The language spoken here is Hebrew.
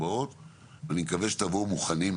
מה שמציירת חברת הכנסת מלינובסקי זה מעשה לא תקין חד משמעית.